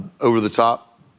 over-the-top